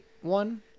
one